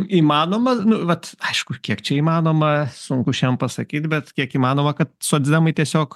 įmanoma nu vat aišku kiek čia įmanoma sunku šiandien pasakyt bet kiek įmanoma kad socdemai tiesiog